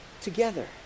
together